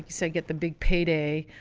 say, get the big payday.